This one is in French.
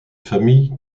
familles